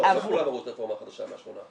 לא כולם עברו את הרפורמה החדשה מהשמונה.